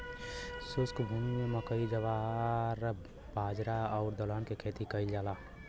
शुष्क भूमि में मकई, जवार, बाजरा आउर दलहन के खेती कयल जाला